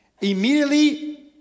Immediately